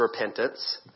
repentance